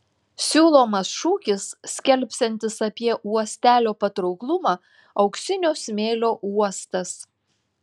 siūlomas šūkis skelbsiantis apie uostelio patrauklumą auksinio smėlio uostas